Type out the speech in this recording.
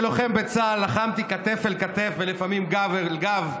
כלוחם בצה"ל, לחמתי כתף אל כתף ולפעמים גב אל גב,